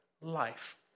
life